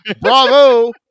bravo